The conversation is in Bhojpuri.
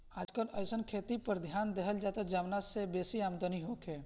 आजकल अइसन खेती पर ध्यान देहल जाता जवना से बेसी आमदनी होखे